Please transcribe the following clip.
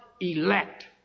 elect